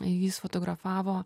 jis fotografavo